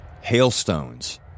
hailstones